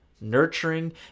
nurturing